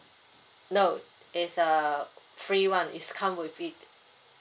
no it's uh free [one] it's come with it